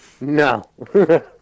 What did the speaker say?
No